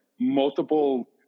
multiple